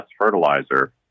fertilizer